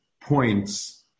points